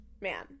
man